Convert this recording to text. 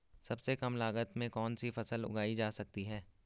सबसे कम लागत में कौन सी फसल उगाई जा सकती है